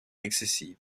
excessive